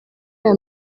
aya